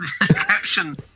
caption